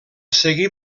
seguí